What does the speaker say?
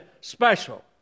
special